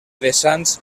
vessants